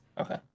Okay